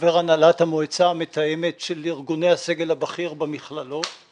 חבר הנהלת המועצה המתאמת של ארגוני הסגל הבכיר במכללות.